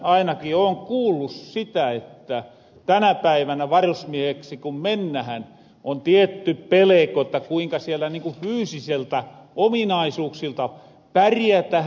ainaki oon kuullu sitä että tänä päivänä varusmieheksi ku mennähän on tietty peleko että kuinka siellä niinku fyysiseltä ominaisuuksilta pärjätähän